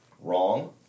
wrong